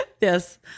Yes